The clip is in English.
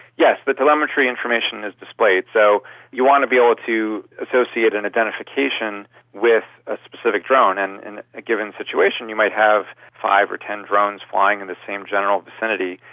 yes, the telemetry information is displayed. so you want to be able to associate an identification with a specific drone, and in a given situation you might have five or ten drones flying in the same general vicinity.